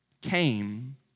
came